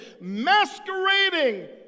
masquerading